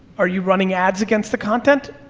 are you running ads against the content?